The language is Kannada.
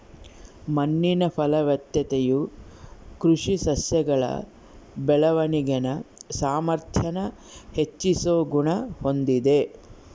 ಮಣ್ಣಿನ ಫಲವತ್ತತೆಯು ಕೃಷಿ ಸಸ್ಯಗಳ ಬೆಳವಣಿಗೆನ ಸಾಮಾರ್ಥ್ಯಾನ ಹೆಚ್ಚಿಸೋ ಗುಣ ಹೊಂದಿದೆ